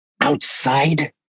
outside